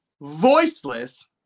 voiceless